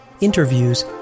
interviews